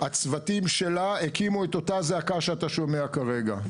הצוותים שלה הקימו את אותה זעקה שאתה שומע כרגע.